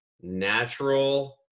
natural